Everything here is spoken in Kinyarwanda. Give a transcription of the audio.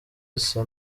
asa